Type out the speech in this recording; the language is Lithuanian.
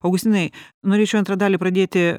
augustinai norėčiau antrą dalį pradėti